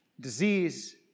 disease